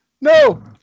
No